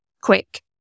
quick